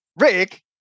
Rick